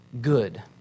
good